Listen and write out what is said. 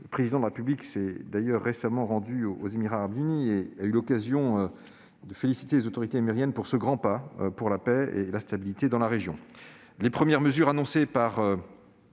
Le Président de la République s'est d'ailleurs récemment rendu aux Émirats arabes unis et a eu l'occasion de féliciter les autorités émiriennes pour ce grand pas pour la paix et la stabilité dans la région.